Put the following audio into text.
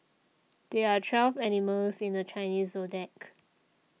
there are twelve animals in the Chinese zodiac